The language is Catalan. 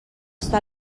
està